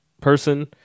person